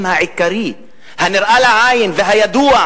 ראש